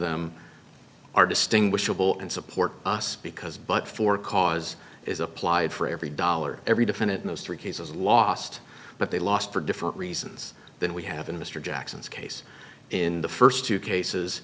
them are distinguishable and support us because but for cause is applied for every dollar every defendant in those three cases last but they last for different reasons than we have in mr jackson's case in the first two cases